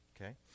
Okay